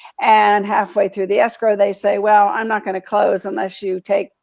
and halfway through the escrow, they say, well, i'm not gonna close unless you take,